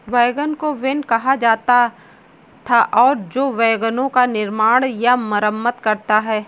wagon को wain कहा जाता था और जो वैगनों का निर्माण या मरम्मत करता है